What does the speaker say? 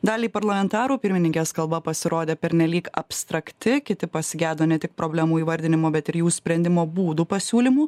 daliai parlamentarų pirmininkės kalba pasirodė pernelyg abstrakti kiti pasigedo ne tik problemų įvardinimo bet ir jų sprendimo būdų pasiūlymų